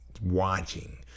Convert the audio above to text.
Watching